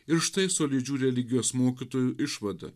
ir štai solidžių religijos mokytojų išvada